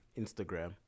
Instagram